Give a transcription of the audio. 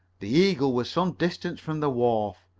the eagle was some distance from the wharf.